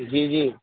جی جی